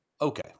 Okay